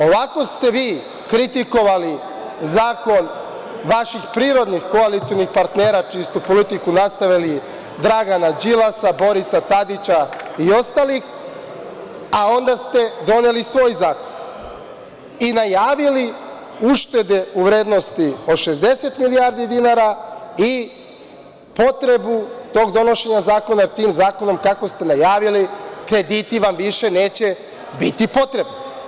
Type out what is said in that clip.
Ovako ste vi kritikovali zakon vaših prirodnih koalicionih partnera, čiju ste politiku nastavili, Dragana Đilasa, Borisa Tadića i ostalih, a onda ste doneli svoj zakon i najavili uštede u vrednosti od 60 milijardi dinara i potrebu tog donošenja zakona tim zakonom kako ste najavili, krediti vam više neće biti potrebni.